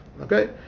Okay